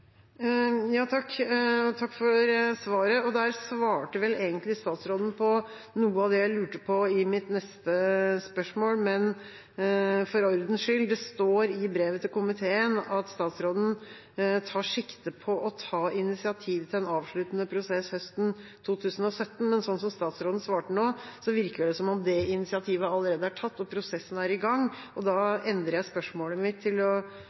Takk for svaret. Der svarte egentlig statsråden på noe av det jeg lurte på i mitt neste spørsmål, men for ordens skyld: Det står i brevet til komiteen at statsråden tar sikte på å ta initiativ til en avsluttende prosess høsten 2017, men slik som statsråden svarte nå, virker det som om det initiativet allerede er tatt, og at prosessen er i gang. Da endrer jeg spørsmålet mitt til dette: Når tar statsråden sikte på å